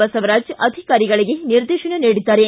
ಬಸವರಾಜ ಅಧಿಕಾರಿಗಳಿಗೆ ನಿರ್ದೇಶನ ನೀಡಿದ್ದಾರೆ